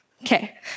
Okay